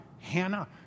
Hannah